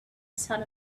sat